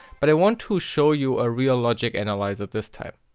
but i want to show you a real logic analyzer this time.